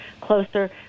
closer